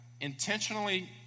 intentionally